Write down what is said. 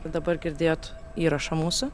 dabar girdėjot įrašą mūsų